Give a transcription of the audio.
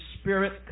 spirit